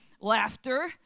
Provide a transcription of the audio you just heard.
laughter